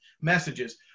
messages